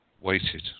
waited